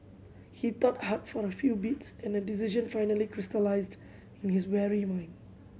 he thought hard for a few beats and a decision finally crystallised in his weary mind